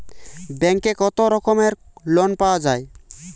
ব্যাঙ্কে কত রকমের লোন পাওয়া য়ায়?